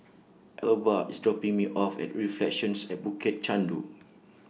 Elba IS dropping Me off At Reflections At Bukit Chandu